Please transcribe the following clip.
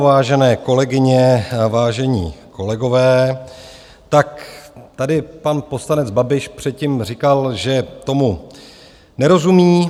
Vážené kolegyně, vážení kolegové, tady pan poslanec Babiš předtím říkal, že tomu nerozumí.